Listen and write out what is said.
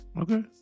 Okay